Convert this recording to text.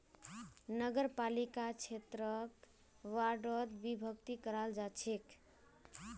नगरपालिका क्षेत्रक वार्डोत विभक्त कराल जा छेक